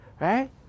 right